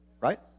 Right